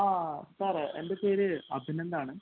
ആ സാറെ എൻ്റെ പേര് അഭിനന്ദ് ആണ്